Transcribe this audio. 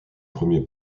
premiers